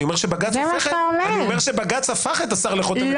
אני אומר שבג"ץ הפך את השר לחותמת גומי.